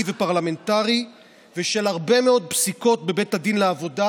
ופרלמנטרי ושל הרבה מאוד פסיקות בבית הדין לעבודה